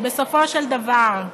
בסופו של דבר.